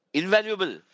invaluable